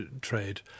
trade